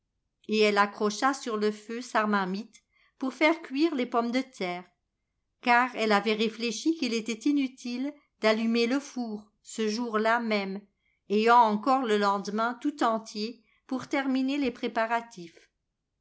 et elle accrocha sur le feu sa marmite pour faire cuire les pommes de terre car elle avait réfléchi qu'il était inutile d'allumer le four ce jour ià même ayant encore le lendemain tout entier pour terminer les préparatifs